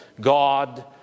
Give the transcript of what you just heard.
God